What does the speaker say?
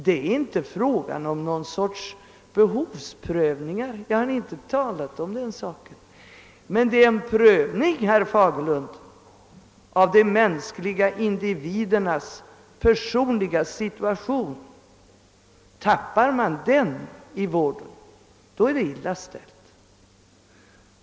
Jag har inte talat om någon sorts behovsprövning, herr Fagerlund, utan det är fråga om en prövning av individernas personliga situation. Tappar man bort den i vårdsituationen, då är det illa ställt.